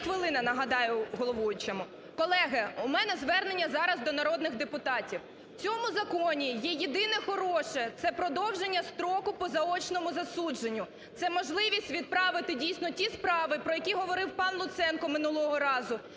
хвилина, нагадаю головуючому. Колеги, у мене звернення зараз до народних депутатів. У цьому законі є єдине хороше, це продовження строку по заочному засудженню, це можливість відправити, дійсно, ті справи, про які говорив пан Луценко минулого разу,